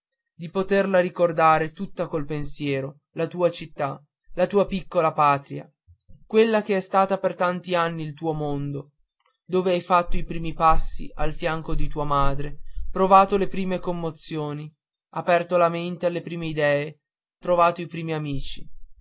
di poterla ripercorrere tutta col pensiero la tua città la tua piccola patria quella che è stata per tanti anni il tuo mondo dove hai fatto i primi passi al fianco di tua madre provato le prime commozioni aperto la mente alle prime idee trovato i primi amici